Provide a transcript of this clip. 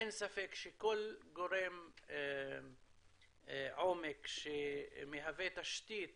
אין ספק שכל גורם עומק שמהווה תשתית